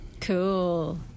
cool